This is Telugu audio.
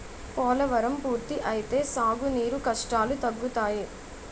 పోలవరం పూర్తి అయితే సాగు నీరు కష్టాలు తగ్గుతాయి